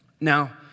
Now